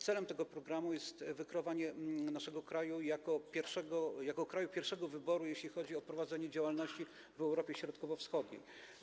Celem tego programu jest wykreowanie naszego kraju jako kraju pierwszego wyboru, jeśli chodzi o prowadzenie działalności w Europie Środkowo-Wschodniej.